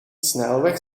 snelweg